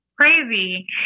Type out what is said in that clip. crazy